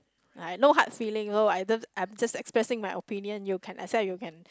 I no hard feeling loh I just I'm just expressing my opinion you can accept you can